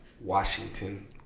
Washington